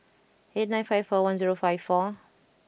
eight nine five four one zero five four